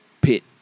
pit